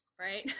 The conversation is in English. right